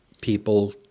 people